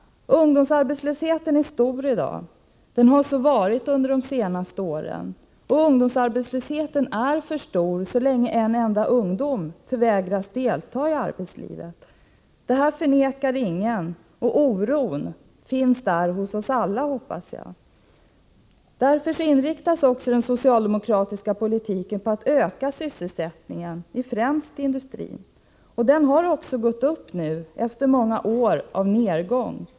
Ungdomsarbetslösheten är hög i dag och har så varit under de senaste åren. Ungdomsarbetslösheten är för hög så länge en enda av ungdomarna förvägras delta i arbetslivet. Detta förnekar ingen, och oron finns hos oss alla, hoppas jag. Därför inriktas också den socialdemokratiska politiken på att öka sysselsättningen i främst industrin. Den har nu ökat, efter många års nedgång.